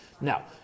Now